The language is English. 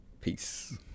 Peace